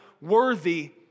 worthy